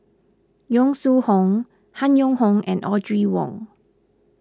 Yong Shu Hoong Han Yong Hong and Audrey Wong